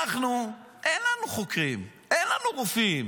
אנחנו בימין, אין לנו חוקרים, אין לנו רופאים.